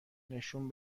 نشون